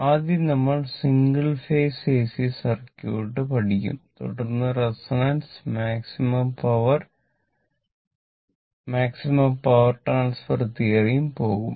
ആദ്യം നമ്മൾ single phase AC circuit പഠിക്കും തുടർന്ന് റെസൊണൻസ് മാക്സിമം പവർ ട്രാൻസ്ഫർ തിയറത്തിനും പോകും